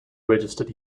registered